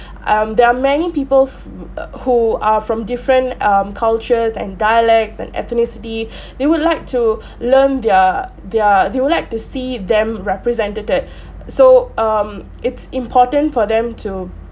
um there are many people f~ err who are from different um cultures and dialects and ethnicity they would like to learn their their they would like to see them represented so um it's important for them to